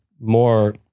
more